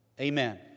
Amen